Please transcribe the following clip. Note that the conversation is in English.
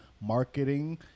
marketing